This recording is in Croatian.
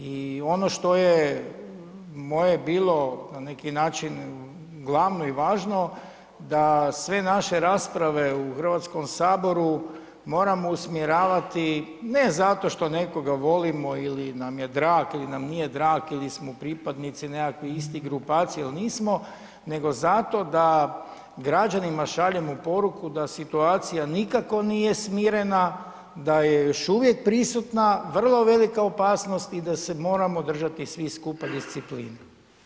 I ono što je moje bilo na neki način glavno i važno da sve naše rasprave u HS moramo usmjeravati ne zato što nekoga volimo ili nam je drag ili nam nije drag ili smo pripadnici nekakvih istih grupacija ili nismo nego zato da građanima šaljemo poruku da situacija nikako nije smirena, da je još uvijek prisutna vrlo velika opasnost i da se moramo držati svi skupa discipline.